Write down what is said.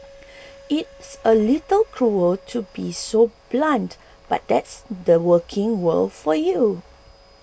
it's a little cruel to be so blunt but that's the working world for you